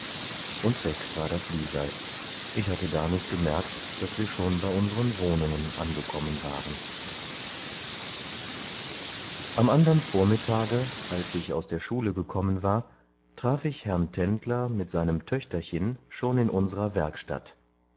und weg war das lisei ich hatte gar nicht gemerkt daß wir schon bei unseren wohnungen angekommen waren am andern vormittage als ich aus der schule gekommen war traf ich herrn tendler mit seinem töchterchen schon in unserer werkstatt